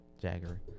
Jagger